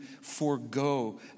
forego